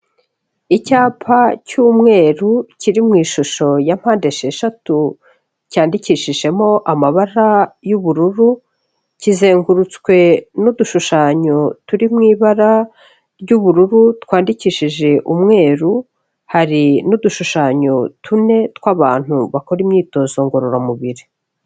Icyapa cy'umweru kiri mu ishusho ya mpande esheshatu, cyandikishijemo amabara y'ubururu, kizengurutswe n'udushushanyo turi mu ibara ry'ubururu twandikishije umweru, hari n'udushushanyo tune tw'abantu bakora imyitozo ngororamubiri.